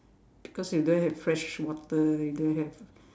because we don't have fresh water we don't have